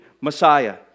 Messiah